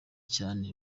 cyane